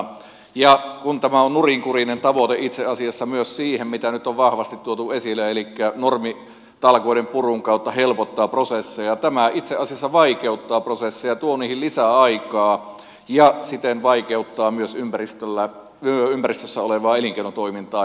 kun on tämä on nurinkurinen tavoite itse asiassa myös mitä nyt on vahvasti tuotu esille elikkä normitalkoiden purun kautta helpottaa prosesseja niin tämä itse asiassa vaikeuttaa prosesseja tuo niihin lisäaikaa ja siten vaikeuttaa myös ympäristössä olevaa elinkeinotoimintaa